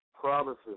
promises